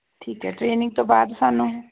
ਠੀਕ ਹੈ ਟਰੇਨਿੰਗ ਤੋਂ ਬਾਅਦ ਸਾਨੂੰ